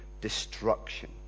destruction